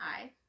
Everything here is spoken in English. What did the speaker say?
hi